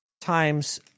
times